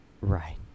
right